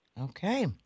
Okay